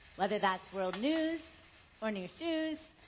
whether that's world news or new shoes,